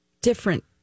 different